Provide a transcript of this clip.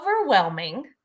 overwhelming